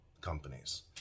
companies